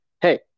hey